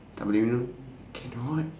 tak boleh minum cannot